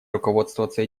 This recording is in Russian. руководствоваться